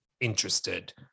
interested